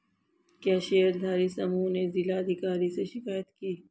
क्या शेयरधारी समूह ने जिला अधिकारी से शिकायत की?